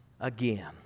again